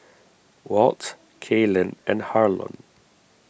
Walt Kaylan and Harlon